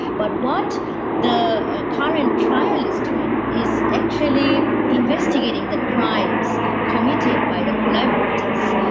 but what the current trial is doing is actually investigating the crimes committed by the collaborators,